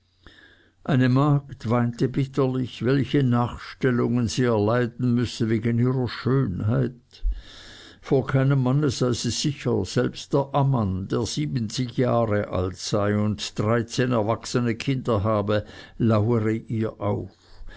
eine magd weinte bitterlich welche nachstellungen sie erleiden müsse wegen ihrer schönheit vor keinem manne sei sie sicher selbst der ammann der siebenzig jahre alt sei und dreizehn erwachsene kinder habe laure ihr auf